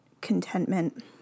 contentment